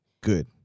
good